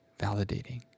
validating